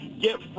get